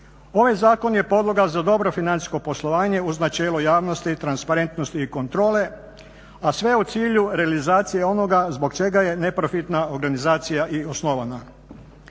Ovaj zakon je podloga za dobro financijsko poslovanje uz načelo javnosti, transparentnosti i kontrole, a sve u cilju realizacije onoga zbog čega je neprofitna organizacija i osnovana.